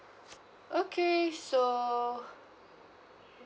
okay so